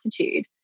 attitude